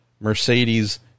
Mercedes